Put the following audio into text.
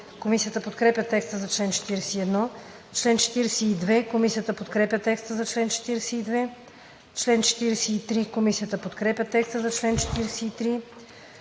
Комисията подкрепя текста за чл. 41. Комисията подкрепя текста за чл. 42. Комисията подкрепя текста за чл. 43.